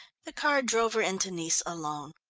the car drove her into nice alone.